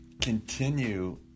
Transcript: continue